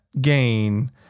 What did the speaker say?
gain